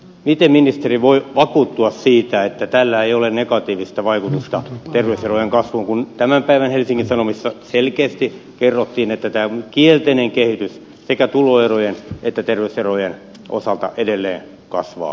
miten ministeri voi vakuuttua siitä että tällä ei ole negatiivista vaikutusta terveyserojen kasvuun kun tämän päivän helsingin sanomissa selkeästi kerrottiin että tämä kielteinen kehitys sekä tuloerojen että terveyserojen osalta edelleen kasvaa